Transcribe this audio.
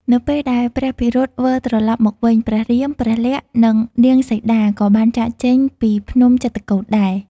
នៅពេលដែល ព្រះភិរុត វិលត្រឡប់មកវិញ ព្រះរាម ព្រះលក្សណ៍ និងនាងសីតា ក៏បានចាកចេញពីភ្នំចិត្រកូដដែរ។